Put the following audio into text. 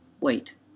wait